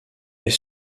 est